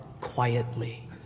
quietly